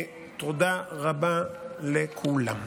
תודה רבה לכולם.